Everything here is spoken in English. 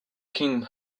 king